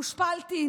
הושפלתי,